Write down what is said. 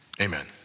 amen